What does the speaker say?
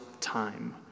time